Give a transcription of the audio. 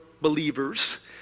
believers